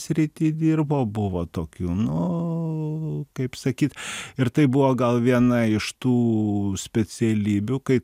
srity dirbo buvo tokių nu kaip sakyt ir tai buvo gal viena iš tų specialybių kai